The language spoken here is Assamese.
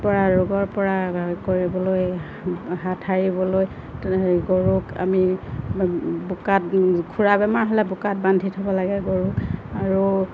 পৰা ৰোগৰ পৰা কৰিবলৈ হাত সাৰিবলৈ তেনে গৰুক আমি বোকাত খুৰা বেমাৰ হ'লে বোকাত বান্ধি থ'ব লাগে গৰুক আৰু